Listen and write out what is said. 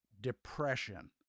depression